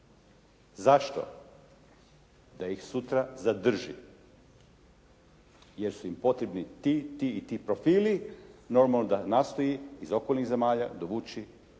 Zašto? Da ih sutra zadrži, jer su im potrebni ti, ti i ti profili. Normalno da nastoji iz okolnih zemalja dovući